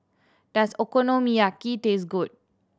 does Okonomiyaki taste good